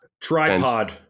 Tripod